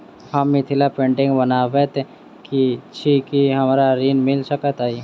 हम मिथिला पेंटिग बनाबैत छी की हमरा ऋण मिल सकैत अई?